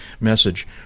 message